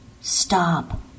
Stop